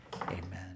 Amen